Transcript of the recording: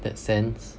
in that sense